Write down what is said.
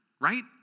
right